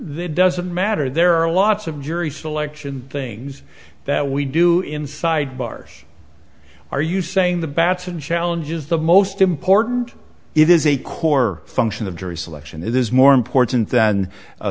there doesn't matter there are lots of jury selection things that we do inside bars are you saying the batson challenge is the most important it is a core function of jury selection it is more important than